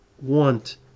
want